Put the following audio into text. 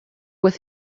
with